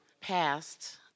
passed